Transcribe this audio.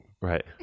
Right